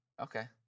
Okay